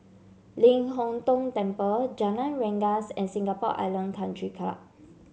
Ling Hong Tong Temple Jalan Rengas and Singapore Island Country Club